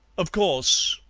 of course,